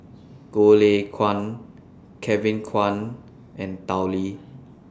Goh Lay Kuan Kevin Kwan and Tao Li